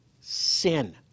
sin